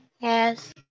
Yes